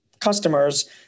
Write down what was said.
customers